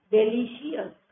Delicious